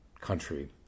country